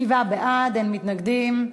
שבעה בעד, אין מתנגדים.